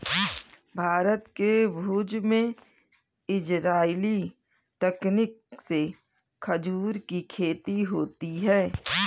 भारत के भुज में इजराइली तकनीक से खजूर की खेती होती है